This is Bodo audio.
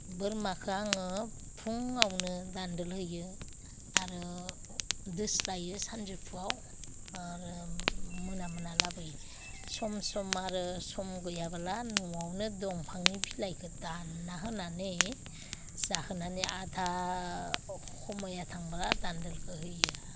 बोरमाखो आङो फुङावनो दान्दोल होयो आरो दोस्लायो सानजौफुआव आरो मोना मोना लाबोयो सम सम आरो सम गैयाबोब्ला न'आवनो दंफांनि बिलाइखो दानना होनानै जाहोनानै आधा हमया थांब्ला दान्दोलखो होयो